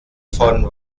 von